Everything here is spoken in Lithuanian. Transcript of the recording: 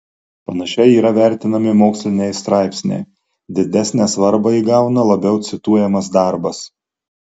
panašiai yra vertinami moksliniai straipsniai didesnę svarbą įgauna labiau cituojamas darbas